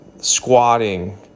squatting